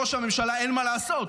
אין מה לעשות,